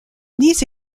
lise